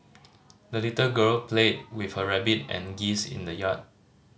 the little girl played with her rabbit and geese in the yard